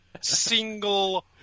single